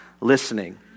listening